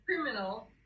criminal